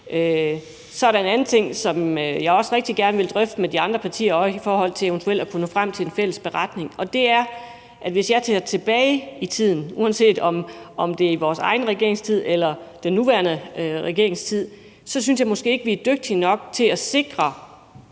Så er der også en anden ting, som jeg rigtig gerne vil drøfte med de andre partier, også i forhold til eventuelt at kunne nå frem til en fælles beretning, og det er, at jeg, hvis jeg ser tilbage i tiden, uanset om det er i vores egen regeringstid eller den nuværende regerings tid, så måske ikke synes, at vi er dygtige nok til at sikre,